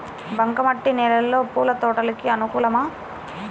బంక మట్టి నేలలో పూల తోటలకు అనుకూలమా?